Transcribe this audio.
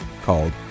called